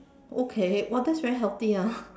okay that's very healthy ah